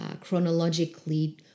chronologically